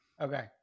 Okay